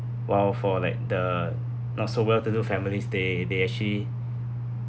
while for like the not so well to do families they they actually